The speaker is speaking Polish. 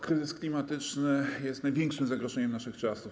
Kryzys klimatyczny jest największym zagrożeniem naszych czasów.